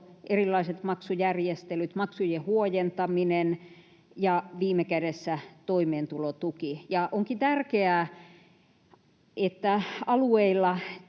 erilaiset maksujärjestelyt, maksujen huojentaminen ja viime kädessä toimeentulotuki. Onkin tärkeää, että alueilla